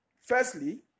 Firstly